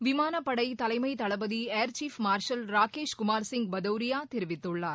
விமானப்படை தலைமை தளபதி air chief marshal Rakesh Kumar Singh Bhadauria தெரிவித்தள்ளார்